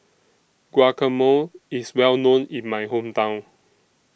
Guacamole IS Well known in My Hometown